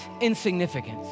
insignificance